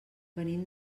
venim